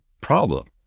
problem